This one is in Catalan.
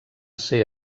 ser